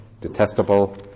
detestable